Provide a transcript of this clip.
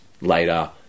later